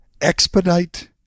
expedite